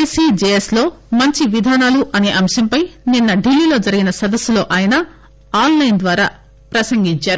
ICJS లో మంచి విధానాలు అసే అంశంపై నిన్న ఢిల్లీలో జరిగిన సదస్పులో ఆయన ఆన్లైన్ ద్వారా ప్రసంగించారు